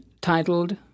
titled